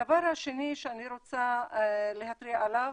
הדבר השני שאני רוצה להתריע עליו,